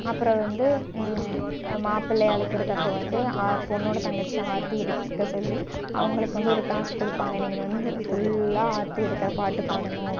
அப்புறம் வந்து மாப்பிள்ளை அழைக்கிறது அப்போ வந்து பொண்ணோட தங்கச்சி ஆர்த்தி எடுக்க சொல்லி அவங்களுக்கு வந்து ஒரு டாஸ்க் கொடுப்பாங்க நீங்கள் வந்து ஃபுல்லாக ஆர்த்தி எடுக்கிற பாட்டு பாடணும்